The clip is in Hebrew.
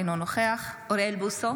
אינו נוכח אוריאל בוסו,